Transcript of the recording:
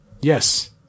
Yes